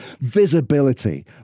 visibility